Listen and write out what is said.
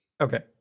okay